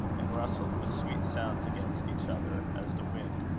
and rustled with sweet sounds against each other, as the wind,